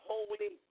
Holy